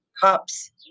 Cops